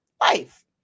life